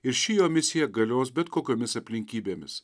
ir ši jo misija galios bet kokiomis aplinkybėmis